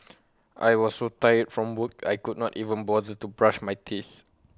I was so tired from work I could not even bother to brush my teeth